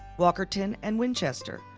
walkerton, and winchester.